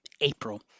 April